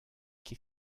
ket